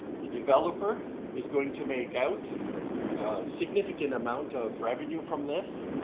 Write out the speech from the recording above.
the developer is going to make out a significant amount of revenue from this,